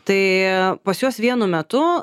tai pas juos vienu metu